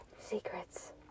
Secrets